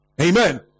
Amen